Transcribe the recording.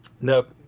nope